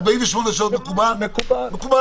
מקובל